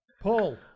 Paul